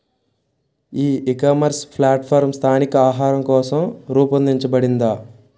ఈ ecommerce platform స్థానిక ఆహారం కోసం రూపొందించబడిందా?